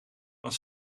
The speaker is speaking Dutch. van